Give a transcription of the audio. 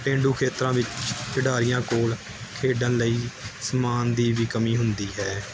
ਪੇਂਡੂ ਖੇਤਰਾਂ ਵਿੱਚ ਖਿਡਾਰੀਆਂ ਕੋਲ ਖੇਡਣ ਲਈ ਸਮਾਨ ਦੀ ਵੀ ਕਮੀ ਹੁੰਦੀ ਹੈ